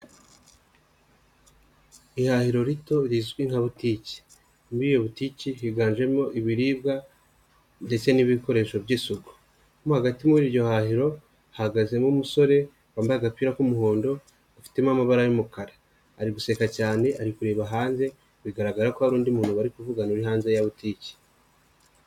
ihahiro rito rizwi nka butikI muri iyo butiki higanjemo ibiribwa ndetse n'ibikoresho by'isuku. Mo hagati muri iryo hahiro hahagazemo umusore wambaye agapira k'umuhondo, afitemo amabara y'umukara, ari guseka cyane ari kureba hanze bigaragara ko hari undi muntu bari kuvugana uri hanze ya butiki.